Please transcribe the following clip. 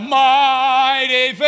mighty